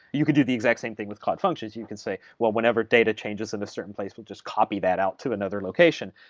you can do the exact same thing with cloud functions. you can say, whenever data changes in a certain place, we'll just copy that out to another location.